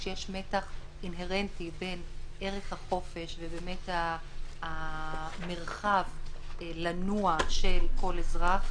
כשיש מתח אינהרנטי בין ערך החופש והמרחב לנוע של כל אזרח